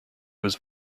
was